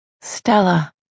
Stella